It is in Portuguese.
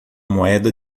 moeda